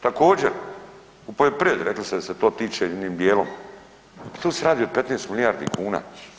Također u poljoprivredi, rekli ste da se to tiče jednim dijelom, tu se radi o 15 milijardi kuna.